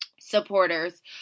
supporters